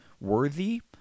worthy